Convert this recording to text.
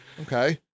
Okay